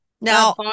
Now